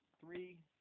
three